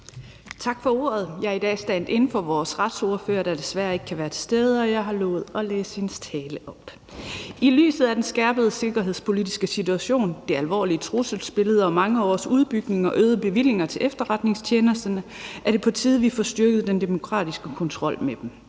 Tak for ordet. Jeg er i dag standin for vores retsordfører, der desværre ikke kan være til stede, og jeg har lovet at læse hendes tale op. I lyset af den skærpede sikkerhedspolitiske situation, det alvorlige trusselsbillede og mange års udbygning og øget bevillinger til efterretningstjenesterne er det på tide, at vi får styrket den demokratisk kontrol med dem.